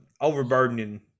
overburdening